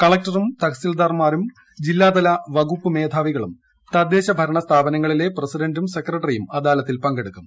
കളക്ടറും തഹസിൽദാർമാരും ജില്ലാതല വകുപ്പ് മേധാവികളും തദ്ദേശഭരണ സ്ഥാപനങ്ങളിലെ പ്രസിഡന്റും സെക്രട്ടറിയും അദാലത്തിൽ പങ്കെടുക്കും